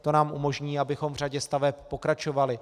To nám umožní, abychom v řadě staveb pokračovali.